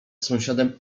sąsiadem